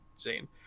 zane